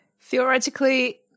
Theoretically